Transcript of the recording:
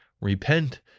Repent